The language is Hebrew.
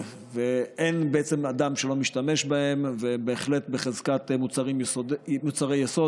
אין בעצם אדם שלא משתמש בהם והם בהחלט בחזקת מוצרי יסוד.